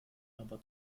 aber